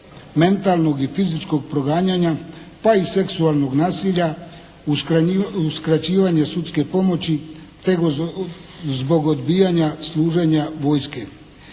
mentalnog i fizičkog proganjanja, pa i seksualnog nasilja, uskraćivanje sudske pomoći te zbog odbijanja služenja vojske.